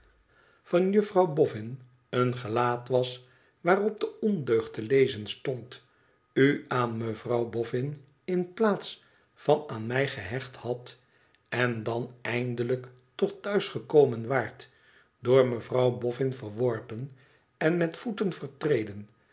van mevrouw bofn een gelaat was waarop de ondeugd te lezen stond u aan mevrouw boin in plaats van aan mij ge hecht hadt en dan eindelijk toch thuis gekomen waart door mevrouw bofün verworpen en met voeten vertreden